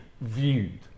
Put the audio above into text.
viewed